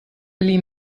billy